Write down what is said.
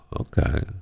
Okay